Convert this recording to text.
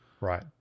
Right